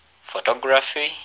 photography